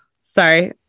sorry